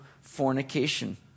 fornication